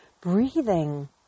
breathing